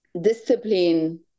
discipline